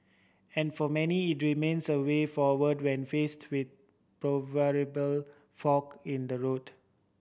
and for many it remains a way forward when faced with proverbial fork in the road